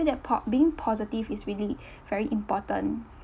that po~ being positive is really very important